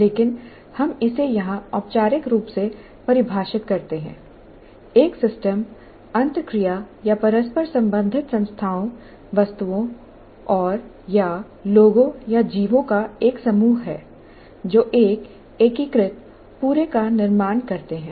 लेकिन हम इसे यहां औपचारिक रूप से परिभाषित करते हैं एक सिस्टम अंतःक्रिया या परस्पर संबंधित संस्थाओं वस्तुओं औरया लोगों या जीवों का एक समूह है जो एक एकीकृत पूरे का निर्माण करते हैं